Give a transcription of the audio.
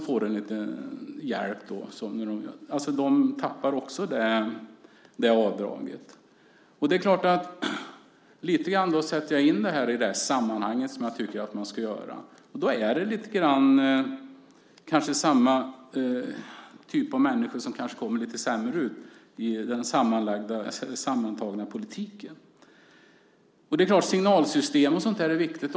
Alla dessa mister avdraget. Det är klart att jag sätter in det i det större sammanhanget, vilket jag tycker att man ska göra. Kanske handlar det om just de människor som hamnat lite i skymundan i den sammantagna politiken. Signalsystem är viktiga.